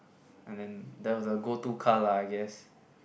and then that was the go to car lah I guess